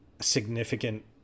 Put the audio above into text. significant